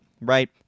right